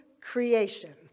creation